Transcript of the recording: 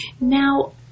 Now